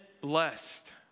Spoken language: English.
blessed